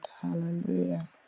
Hallelujah